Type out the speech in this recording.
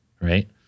right